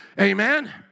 amen